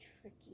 tricky